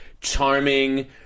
charming